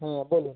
হ্যাঁ বলুন